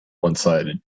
one-sided